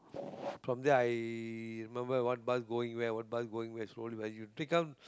from there I remember what bus going where what bus going where slowly as you take on